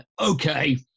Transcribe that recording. okay